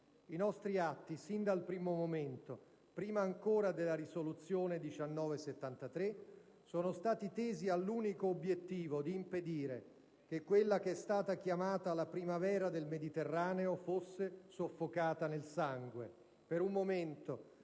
I nostri atti, sin dal primo momento, prima ancora della risoluzione n. 1973, sono stati tesi all'unico obiettivo di impedire che quella che è stata chiamata la «primavera del Mediterraneo» fosse soffocata nel sangue.